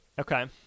Okay